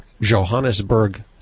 Johannesburg